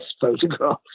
photographs